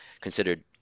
considered